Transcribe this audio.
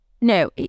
No